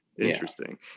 interesting